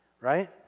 Right